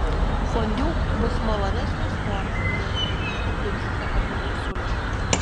fondiu bus malonesnio skonio jei į jį įpilsite obuolių sulčių